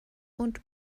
und